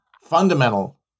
fundamental